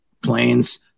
planes